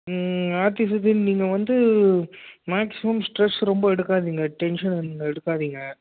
ம் நீங்கள் வந்து மேக்ஸிமம் ஸ்ட்ரெஸ் ரொம்ப எடுக்காதிங்க டென்ஷன் எடுக்காதிங்க